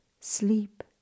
sleep